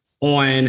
on